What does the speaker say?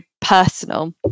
personal